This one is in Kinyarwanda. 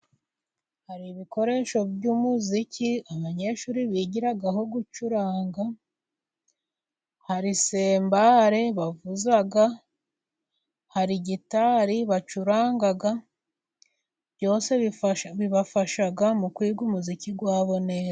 Hari ibikoresho by'umuziki abanyeshuri bigiraho gucuranga. Hari sembare bavuza .Hari guitar bacuranga byose bibafasha mu kwiga umuziki wabo neza.